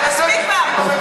די מספיק כבר.